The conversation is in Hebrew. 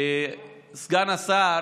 סגן השר